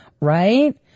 Right